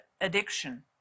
addiction